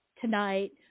tonight